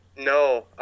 no